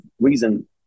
reason